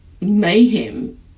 mayhem